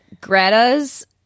Greta's